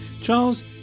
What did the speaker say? Charles